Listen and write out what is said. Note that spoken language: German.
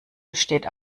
besteht